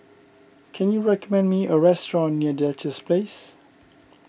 can you recommend me a restaurant near Duchess Place